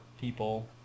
people